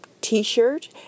t-shirt